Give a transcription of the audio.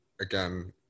again